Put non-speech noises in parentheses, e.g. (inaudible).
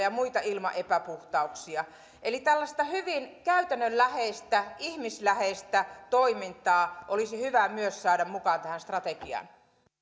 (unintelligible) ja muita ilman epäpuhtauksia kaupunkialueilla eli tällaista hyvin käytännönläheistä ihmisläheistä toimintaa olisi hyvä myös saada mukaan tähän strategiaan